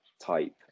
type